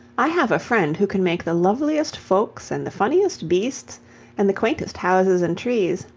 i have a friend who can make the loveliest folks and the funniest beasts and the quaintest houses and trees,